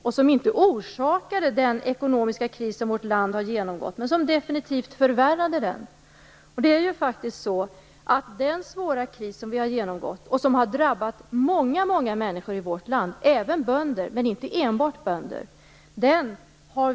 Även om de inte orsakade den ekonomiska kris som vårt land har genomgått förvärrade de den definitivt. Vi har tvingats reda ut den svåra kris som vårt land har genomgått och som har drabbat många människor, även - men inte enbart - bönder.